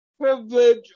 privilege